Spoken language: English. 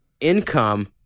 income